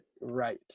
right